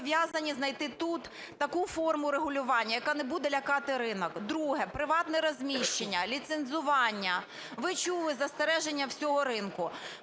Ви чули застереження всього ринку.